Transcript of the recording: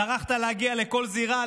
טרחת להגיע לכל זירה,